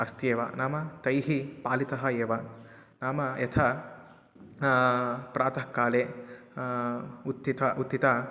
अस्त्येव नाम तैः पालिताः एव नाम यथा प्रातःकाले उत्थिता उत्थिता